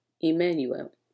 Emmanuel